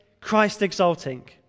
Christ-exalting